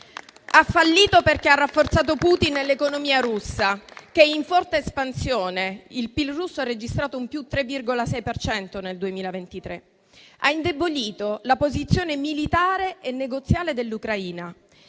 ha fallito perché ha rafforzato Putin e l'economia russa, che è in forte espansione: il PIL russo ha registrato un +3,6 per cento nel 2023. Ha fallito perché ha indebolito la posizione militare e negoziale dell'Ucraina